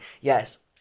Yes